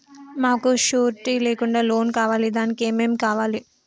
మాకు షూరిటీ లేకుండా లోన్ కావాలి దానికి ఏమేమి కావాలి?